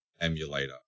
emulator